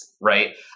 right